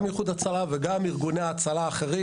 גם איחוד הצלה וגם ארגוני ההצלה האחרים,